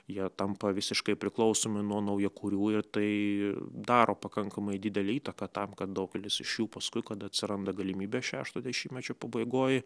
jie tampa visiškai priklausomi nuo naujakurių ir tai daro pakankamai didelę įtaką tam kad daugelis iš jų paskui kada atsiranda galimybė šešto dešimtmečio pabaigoj